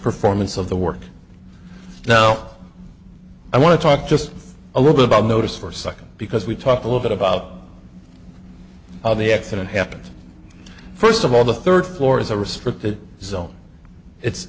performance of the work now i want to talk just a little bit about notice for a second because we talk a little bit about how the accident happens first of all the third floor is a restricted zone it's